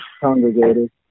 congregated